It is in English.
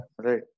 Right